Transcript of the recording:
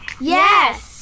Yes